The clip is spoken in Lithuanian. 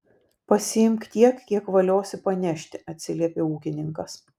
pasiimk tiek kiek valiosi panešti atsiliepė ūkininkas